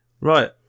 Right